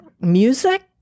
Music